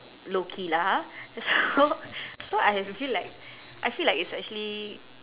low key lah ha so so I have been feel like I feel like it's actually